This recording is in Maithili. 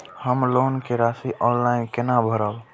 हम लोन के राशि ऑनलाइन केना भरब?